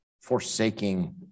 forsaking